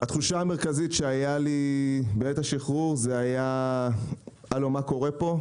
התחושה המרכזית שהייתה לי בעת השחרור זה היה 'הלו מה קורה פה',